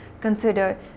consider